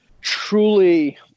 truly